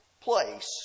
place